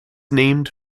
named